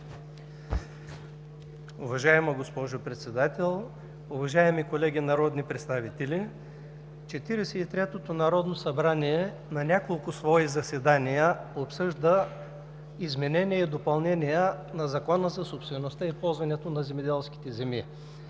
Уважаема госпожо Председател, уважаеми колеги народни представители! Четиридесет и третото народно събрание на няколко свои заседания обсъжда изменения и допълнения на Закона за собствеността и ползването на земеделските земи.